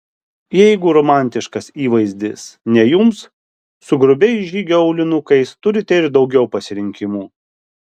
jeigu romantiškas įvaizdis ne jums su grubiais žygio aulinukais turite ir daugiau pasirinkimų